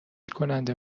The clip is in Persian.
کننده